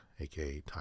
aka